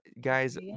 guys